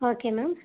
okay ma'am